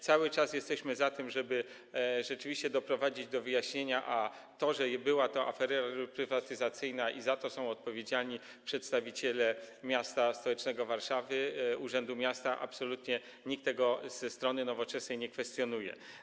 Cały czas jesteśmy za tym, żeby rzeczywiście doprowadzić to do wyjaśnienia, a tego, że była to afera reprywatyzacyjna i są za to odpowiedzialni przedstawiciele miasta stołecznego Warszawy, urzędu miasta, absolutnie nikt ze strony Nowoczesnej nie kwestionuje.